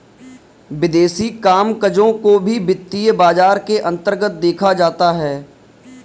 विदेशी कामकजों को भी वित्तीय बाजार के अन्तर्गत देखा जाता है